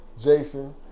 Jason